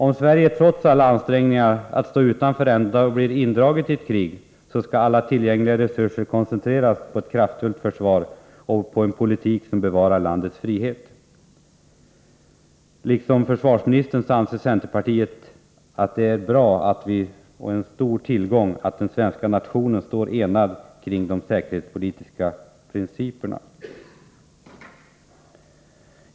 Om Sverige trots alla ansträngningar att stå utanför ändå blir indraget i ett krig, skall alla tillgängliga resurser koncentreras på ett kraftfullt försvar och på en politik som bevarar landets frihet. Liksom försvarsministern anser centerpartiet att det är en stor tillgång att den svenska nationen står enad kring de säkerhetspolitiska principerna.